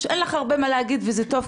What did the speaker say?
שאין לך הרבה מה להגיד וזה טוב,